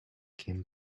came